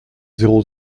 zéro